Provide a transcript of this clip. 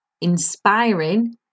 inspiring